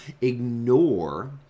ignore